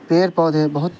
پیڑ پودے بہت